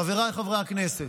חבריי חברי הכנסת,